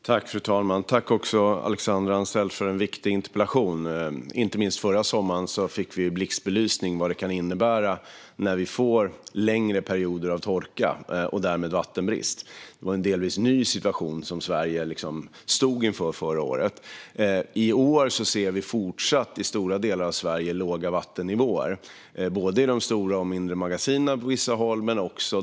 Fru talman! Tack, Alexandra Anstrell, för en viktig interpellation! Inte minst förra sommaren fick vi blixtbelysning på vad det kan innebära när vi får längre perioder av torka och därmed vattenbrist. Det var en delvis ny situation som Sverige stod inför förra året. I år ser vi fortsatt i stora delar av Sverige låga vattennivåer i både de stora och de mindre vattenmagasinen på vissa håll.